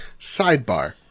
Sidebar